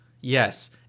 Yes